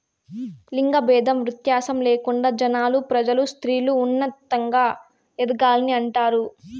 లింగ భేదం వ్యత్యాసం లేకుండా జనాలు ప్రజలు స్త్రీలు ఉన్నతంగా ఎదగాలని అంటారు